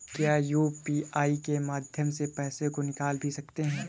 क्या यू.पी.आई के माध्यम से पैसे को निकाल भी सकते हैं?